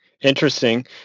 interesting